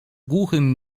głuchym